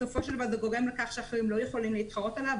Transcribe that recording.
בסופו של דבר זה גורם לכך שאחרים לא יכולים להתחרות עליו,